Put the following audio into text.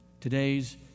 Today's